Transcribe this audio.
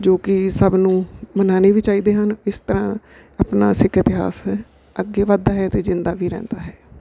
ਜੋ ਕਿ ਸਭ ਨੂੰ ਮਨਾਉਣੇ ਵੀ ਚਾਹੀਦੇ ਹਨ ਇਸ ਤਰ੍ਹਾਂ ਆਪਣਾ ਸਿੱਖ ਇਤਿਹਾਸ ਅੱਗੇ ਵੱਧਦਾ ਹੈ ਅਤੇ ਜਿੰਦਾ ਵੀ ਰਹਿੰਦਾ ਹੈ